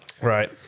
Right